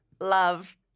Love